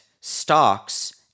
stocks